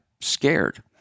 scared